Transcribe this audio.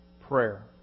Prayer